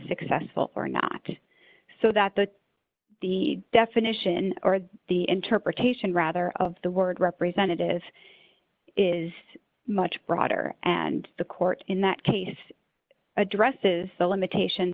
successful or not so that the the definition or the interpretation rather of the word representative is much broader and the court in that case addresses the limitations